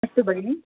अस्तु भगिनी